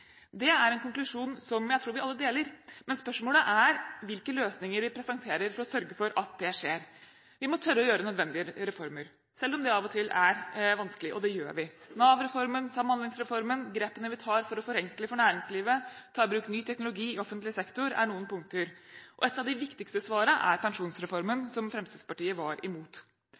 Det er en konklusjon som jeg tror vi alle deler, men spørsmålet er hvilke løsninger vi presenterer for å sørge for at det skjer. Vi må tørre å gjøre nødvendige reformer, selv om det av og til er vanskelig – og det gjør vi. Nav-reformen, Samhandlingsreformen og grepene vi tar for å forenkle næringslivet og ta i bruk ny teknologi i offentlig sektor er noen punkter. Et av de viktigste svarene er pensjonsreformen, som Fremskrittspartiet var imot.